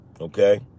okay